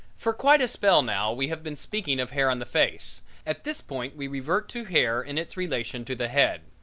for quite a spell now we have been speaking of hair on the face at this point we revert to hair in its relation to the head.